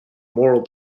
moral